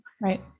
Right